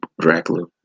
Dracula